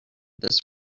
this